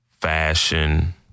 fashion